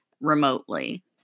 remotely